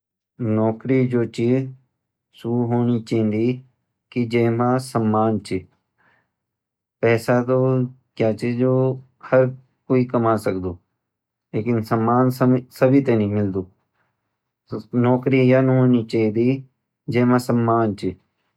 नौकरी सू होनी चौंदी जे मा समान छ पैसा तो हर कोई कमा सकडू लेकिन सम्मान सभी ते नी मिलदू नौकरी यान हूनी चहीदी जेमा सम्मान छ